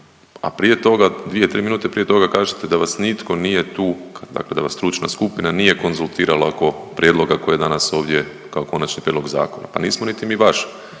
a prije toga dvije, tri minute prije toga kažete da vas nitko nije tu dakle da vas stručna skupina nije konzultirala oko prijedloga koji je danas ovdje kao konačni prijedlog zakona. Pa nismo niti mi vaš